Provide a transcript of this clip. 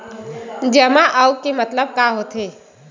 जमा आऊ के मतलब का होथे?